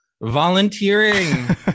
volunteering